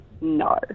no